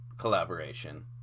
collaboration